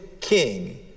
king